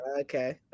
Okay